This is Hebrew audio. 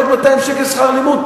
עוד 200 שקל שכר לימוד.